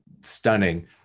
stunning